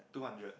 two hundred